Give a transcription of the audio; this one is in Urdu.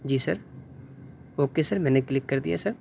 جی سر اوکے سر میں نے کلک کر دیا سر